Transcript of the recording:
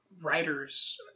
writers